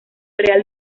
real